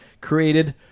created